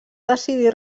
decidir